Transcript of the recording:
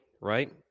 right